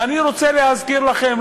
ואני רוצה להזכיר לכם,